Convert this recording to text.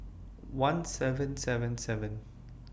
one seven seven seven